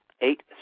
eight